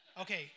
Okay